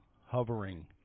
hovering